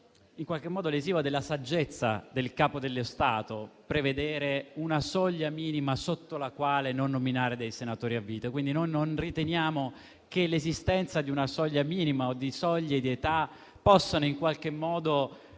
che sia lesivo della saggezza del Capo dello Stato prevedere una soglia minima sotto la quale non nominare senatori a vita. Quindi, noi non riteniamo che l'esistenza di una soglia minima o di soglie di età possano in qualche modo